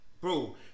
Bro